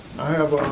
i have